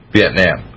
Vietnam